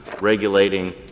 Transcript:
regulating